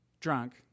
drunk